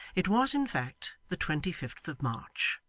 it was, in fact, the twenty-fifth of march,